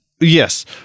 Yes